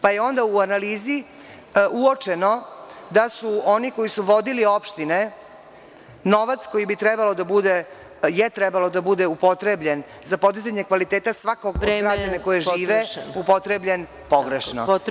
Pa je onda u analizi uočeno da su oni koji su vodili opštine novac koji je trebao da bude upotrebljen za podizanje kvaliteta svakog građanina koji živi upotrebljen pogrešno.